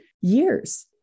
years